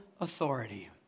authority